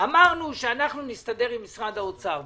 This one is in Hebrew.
אמרנו שאנחנו נסתדר עם משרד האוצר.